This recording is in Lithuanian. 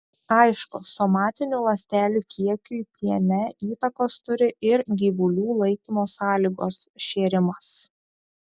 aišku somatinių ląstelių kiekiui piene įtakos turi ir gyvulių laikymo sąlygos šėrimas